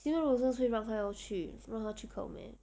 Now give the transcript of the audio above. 其实 roses 会让他要去让他去考 meh